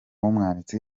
umwanditsi